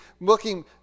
looking